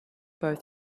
both